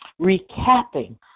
recapping